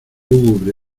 lúgubre